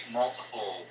multiple